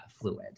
fluid